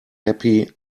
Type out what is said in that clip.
happy